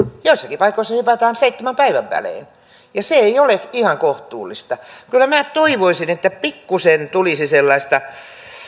joissakin paikoissa hypätään seitsemän päivän välein ja se ei ole ihan kohtuullista kyllä minä toivoisin että pikkusen tulisi sellaista